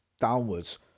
downwards